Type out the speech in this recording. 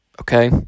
Okay